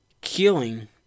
killing